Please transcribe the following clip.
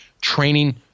Training